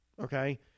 Okay